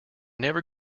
never